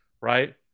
right